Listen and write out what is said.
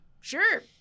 Sure